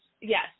yes